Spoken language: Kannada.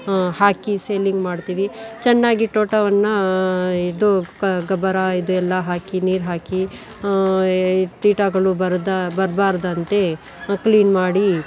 ಹಾಕಿ ಸೇಲಿಂಗ್ ಮಾಡ್ತೀವಿ ಚೆನ್ನಾಗಿ ತೋಟವನ್ನ ಇದು ಕ ಗೊಬ್ಬರ ಇದು ಎಲ್ಲ ಹಾಕಿ ನೀರು ಹಾಕಿ ಕೀಟಗಳು ಬರದ ಬರ್ಬಾರ್ದಂತ ಕ್ಲೀನ್ ಮಾಡಿ